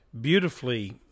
beautifully